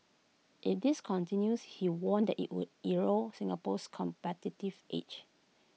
if this continues he warned that IT would erode Singapore's competitive edge